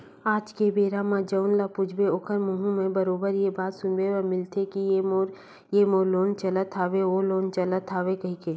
आज के बेरा म जउन ल पूछबे ओखर मुहूँ ले बरोबर ये बात सुने बर मिलथेचे के मोर ये लोन चलत हवय ओ लोन चलत हवय कहिके